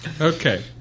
Okay